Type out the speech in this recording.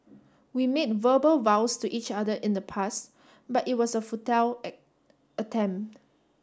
we made verbal vows to each other in the past but it was a futile attempt